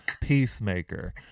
Peacemaker